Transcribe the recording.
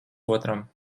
otram